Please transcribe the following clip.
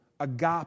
Agape